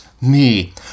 me